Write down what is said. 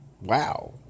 wow